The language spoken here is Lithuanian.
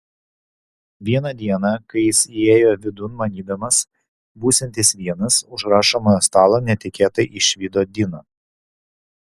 vieną dieną kai jis įėjo vidun manydamas būsiantis vienas už rašomojo stalo netikėtai išvydo diną